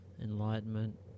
Enlightenment